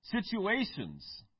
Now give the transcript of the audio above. situations